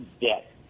debt